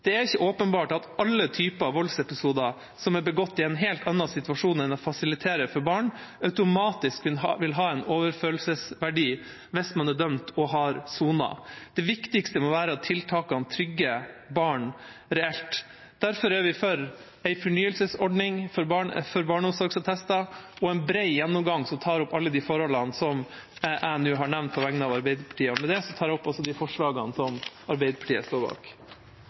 Det er ikke åpenbart at alle typer voldsepisoder som er begått i en helt annen situasjon enn å fasilitere for barn, automatisk vil ha en overføringsverdi, hvis man er dømt og har sonet. Det viktigste må være at tiltakene trygger barn reelt. Derfor er vi for en fornyelsesordning for barneomsorgsattester og en bred gjennomgang som tar opp alle de forholdene som jeg nå har nevnt på vegne av Arbeiderpartiet. Jeg anbefaler innstillinga, som Arbeiderpartiet er en del av. Dagens politiattestordning og